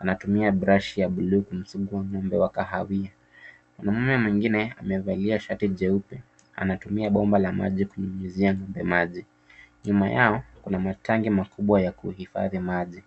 Anatumia brush ya blue , kumsugua ng'ombe wa kahawia. Mwanaume mwingine amevalia shati jeupe. Anatumia bomba la maji kumnyunyizia ng'ombe maji. Nyuma yao kuna matangi makubwa ya kuhifadhi maji.